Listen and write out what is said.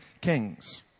kings